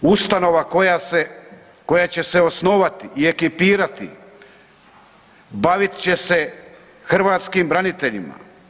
Ustanova koja će se osnovati i ekipirati bavit će hrvatskim braniteljima.